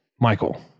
Michael